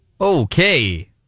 okay